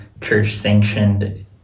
church-sanctioned